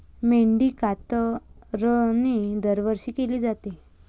मेंढी कातरणे दरवर्षी केली जाते